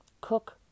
cook